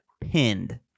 pinned